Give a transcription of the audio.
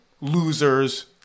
losers